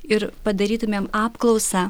ir padarytumėm apklausą